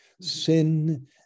sin